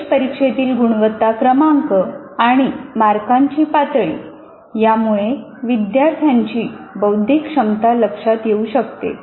प्रवेश परीक्षेतील गुणवत्ता क्रमांक आणि मार्कांची पातळी यामुळे विद्यार्थ्यांची बौद्धिक क्षमता लक्षात येऊ शकते